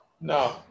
no